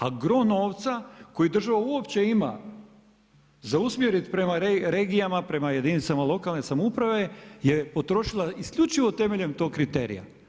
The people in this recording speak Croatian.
A gro novca koje država uopće ima za usmjeriti prema regijama, prema jedinicama lokalne samouprave, je potrošila isključivo temeljem tog kriterija.